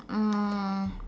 um